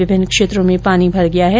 विभिन्न क्षेत्रों में पानी भर गया है